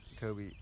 Kobe